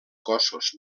cossos